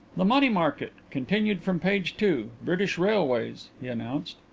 the money market. continued from page two. british railways he announced.